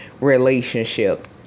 relationship